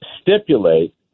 stipulate